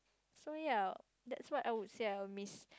so ya that's what I would say I miss